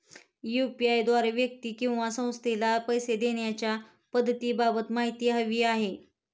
UPI द्वारे व्यक्ती किंवा संस्थेला पैसे देण्याच्या पद्धतींबाबत माहिती हवी आहे